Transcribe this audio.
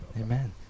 Amen